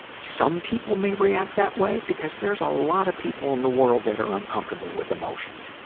some people may react that way, because there's a lot of people in the world that are uncomfortable with emotions,